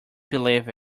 believe